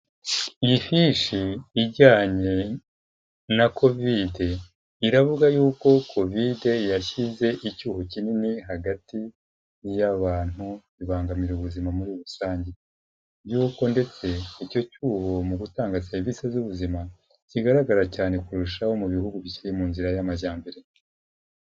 Iyi fishi ijyanye na Kovide, iravuga yuko Kovide yashyize icyuho kinini hagati y'abantu, bibangamira ubuzima muri rusange yuko ndetse icyo cyuho mu gutanga serivisi z'ubuzima kigaragara cyane kurushaho mu bihugu bikiri mu nzira y'amajyambere.